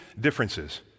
differences